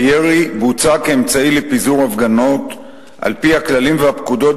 הירי בוצע כאמצעי לפיזור הפגנות על-פי הכללים והפקודות